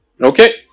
okay